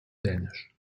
dänisch